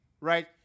right